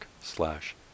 slash